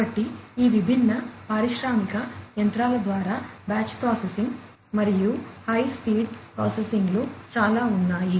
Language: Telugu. కాబట్టి ఈ విభిన్న పారిశ్రామిక యంత్రాల ద్వారా బ్యాచ్ ప్రాసెసింగ్ చాలా ఉన్నాయి